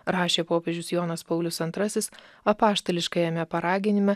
rašė popiežius jonas paulius antrasis apaštališkajame paraginime